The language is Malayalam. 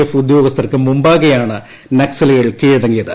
എഫ് ഉദ്യോഗസ്ഥർക്കും മുമ്പാകെയാണ് നക്സലുകൾ കീഴടങ്ങിയത്